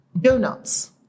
donuts